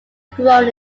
grown